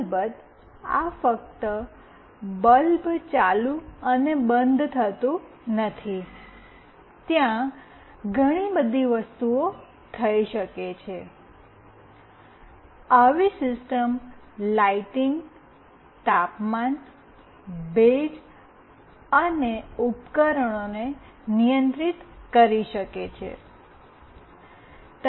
અલબત્ત આ ફક્ત બલ્બ ચાલુ અને બંધ કરવા પૂરતું નથી પરંતુ આવી સિસ્ટમ લાઇટિંગ તાપમાન ભેજ અને ઉપકરણોને નિયંત્રિત કરી શકે છે અને આવી ઘણી વધુ વસ્તુઓ થઈ શકે છે